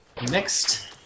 Next